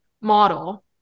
model